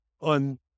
on